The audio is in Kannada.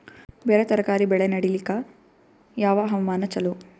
ಬೇರ ತರಕಾರಿ ಬೆಳೆ ನಡಿಲಿಕ ಯಾವ ಹವಾಮಾನ ಚಲೋ?